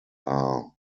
are